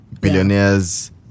billionaires